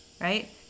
Right